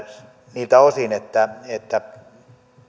niiltä osin että että